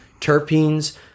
terpenes